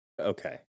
Okay